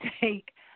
take